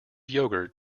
yoghurt